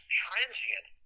transient